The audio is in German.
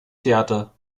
theater